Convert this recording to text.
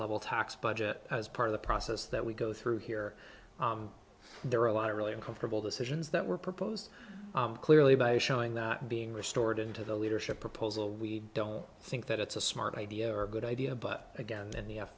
level tax budget as part of the process that we go through here there are a lot of really uncomfortable decisions that were proposed clearly by showing that being restored into the leadership proposal we don't think that it's a smart idea or a good idea but again in the